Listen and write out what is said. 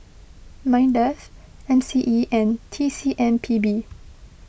Mindef M C E and T C M P B